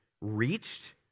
reached